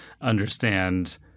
understand